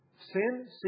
Sin